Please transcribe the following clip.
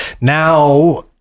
now